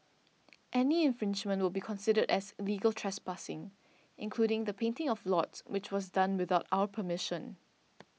any infringement will be considered as illegal trespassing including the painting of lots which was done without our permission